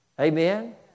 Amen